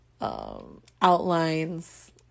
Outlines